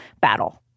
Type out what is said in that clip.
battle